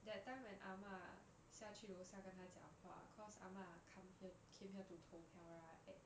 that time when 阿嬤下去楼下跟她讲讲话 cause 阿嬤 come here came here to 投票 right